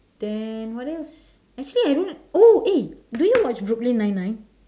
then what else actually I don't oh eh do you watch brooklyn nine nine